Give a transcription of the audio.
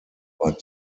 war